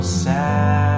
sad